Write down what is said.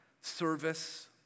service